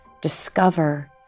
discover